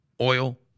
oil